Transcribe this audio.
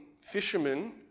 fishermen